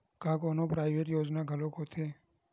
का कोनो प्राइवेट योजना घलोक होथे?